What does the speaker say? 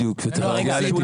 בדיוק, וצריך להגיע לטיפולים.